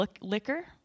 liquor